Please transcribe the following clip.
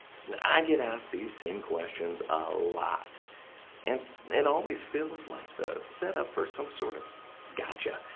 i get asked these same questions a lot and it always feels like the setup for some sort of gotcha.